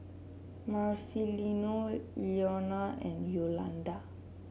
Marcelino Ilona and Yolanda